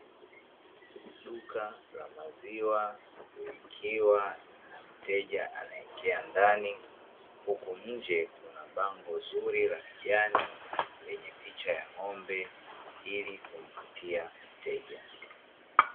Duka la maziwa likiwa na mteja anaingia ndani, huku nje kuna bango zuri la kijani lenye picha ya ng'ombe ili kumvutia mteja.